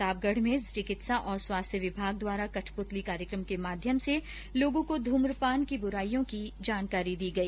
प्रतापगढ में चिकित्सा और स्वास्थ्य विभाग द्वारा कठप्रतली कार्यक्रम के माध्यम से लोगों को ध्रम्रपान की बुराईयों की जानकारी दी गई